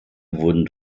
wurden